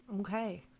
Okay